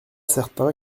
certains